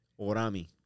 Orami